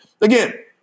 Again